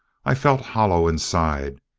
i felt hollow inside.